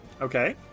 Okay